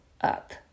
up